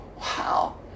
wow